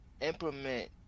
implement